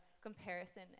comparison